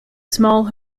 small